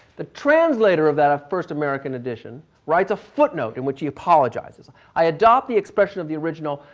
the translator of that first american edition writes a foot note in which he apologizes. i adopt the expression of the original,